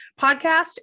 podcast